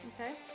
Okay